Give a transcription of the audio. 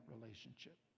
relationship